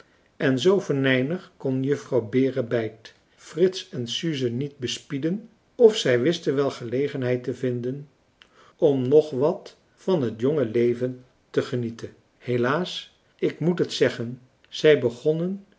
en zoo venijnig kon juffrouw berebijt frits en suze niet bespieden of zij wisten wel gelegenheid te vinden om nog wat van het jonge leven te genieten helaas ik moet het zeggen zij begonnen